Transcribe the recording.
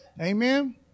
Amen